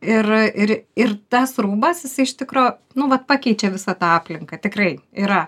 ir ir ir tas rūbas jisai iš tikro nu vat pakeičia visą tą aplinką tikrai yra